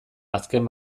azken